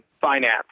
finance